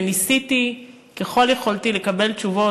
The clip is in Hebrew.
וניסיתי ככל יכולתי לקבל תשובות,